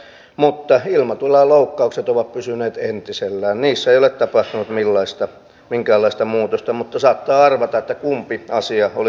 se on aivan totta mutta ilmatilan loukkaukset ovat pysyneet entisellään niissä ei ole tapahtunut minkäänlaista muutosta mutta saattaa arvata kumpi asia oli se ykkösuutinen